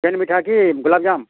କେନ୍ ମିଠା କି ଗୁଲାପ୍ଜାମ୍